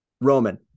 Roman